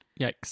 Yikes